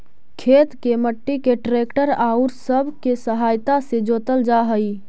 खेत के मट्टी के ट्रैक्टर औउर सब के सहायता से जोतल जा हई